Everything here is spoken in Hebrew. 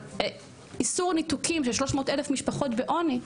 איסור ניתוקים של 300 אלף משפחות בעוני,